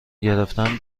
گرفتن